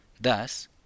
Thus